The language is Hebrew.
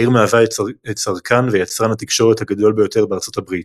העיר מהווה את צרכן ויצרן התקשורת הגדול ביותר בארצות הברית.